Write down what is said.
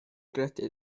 gredu